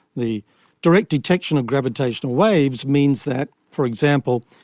the direct detection of gravitational waves means that, for example,